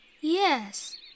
Yes